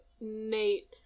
Nate